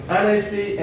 Honesty